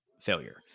failure